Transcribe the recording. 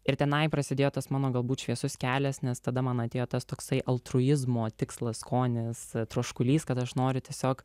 ir tenai prasidėjo tas mano galbūt šviesus kelias nes tada man atėjo tas toksai altruizmo tikslo skonis troškulys kad aš noriu tiesiog